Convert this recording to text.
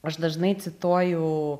aš dažnai cituoju